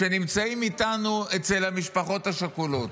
שנמצאים איתנו אצל המשפחות השכולות.